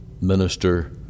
minister